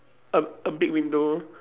a a big window